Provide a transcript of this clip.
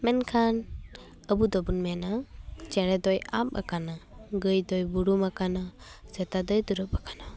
ᱢᱮᱱᱠᱷᱟᱱ ᱟᱵᱚ ᱫᱚᱵᱚᱱ ᱢᱮᱱᱟ ᱪᱮᱬᱮ ᱫᱚᱭ ᱟᱵ ᱟᱠᱟᱱᱟ ᱜᱟᱹᱭ ᱫᱚᱭ ᱵᱩᱨᱩᱢ ᱟᱠᱟᱱᱟ ᱥᱮᱛᱟ ᱫᱚᱭ ᱫᱩᱲᱩᱵ ᱟᱠᱟᱱᱟ